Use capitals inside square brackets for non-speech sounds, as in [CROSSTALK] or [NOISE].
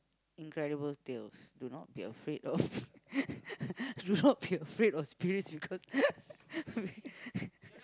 Incredible Tales do not be afraid of [LAUGHS] do not be afraid of spirits because [LAUGHS]